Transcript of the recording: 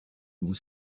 vous